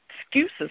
excuses